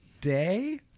day